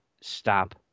stop